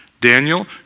Daniel